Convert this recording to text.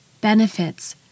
benefits